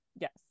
Yes